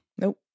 Nope